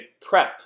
prep